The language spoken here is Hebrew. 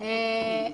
(מ/1334),